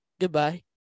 Goodbye